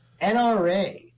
NRA